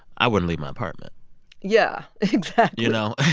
i wouldn't leave my apartment yeah, exactly you know,